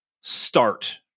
start